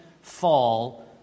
fall